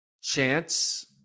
chance